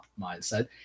mindset